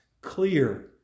clear